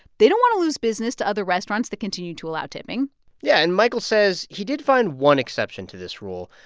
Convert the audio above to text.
they don't want to lose business to other restaurants that continue to allow tipping yeah. and michael says he did find one exception to this rule.